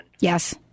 Yes